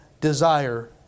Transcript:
desire